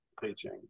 teaching